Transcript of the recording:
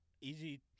easy